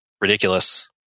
ridiculous